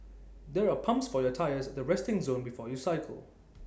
there are pumps for your tyres at the resting zone before you cycle